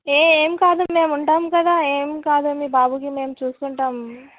ఏ ఏమి కాదు మేము ఉంటాం కదా ఏం కాదు మీ బాబుకి మేము చూసుకుంటాం